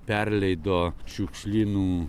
perleido šiukšlynų